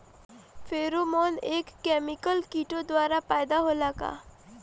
Pheromone एक chemical किटो द्वारा पैदा होला का?